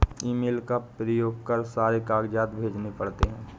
email का प्रयोग कर सारे कागजात भेजने पड़ते हैं